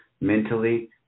mentally